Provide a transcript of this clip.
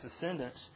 descendants